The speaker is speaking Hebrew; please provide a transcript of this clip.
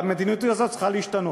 והמדיניות הזאת צריכה להשתנות.